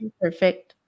Perfect